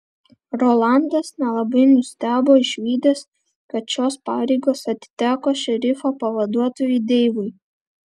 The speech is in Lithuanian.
rolandas nelabai nustebo išvydęs kad šios pareigos atiteko šerifo pavaduotojui deivui